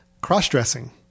Cross-dressing